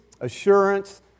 Assurance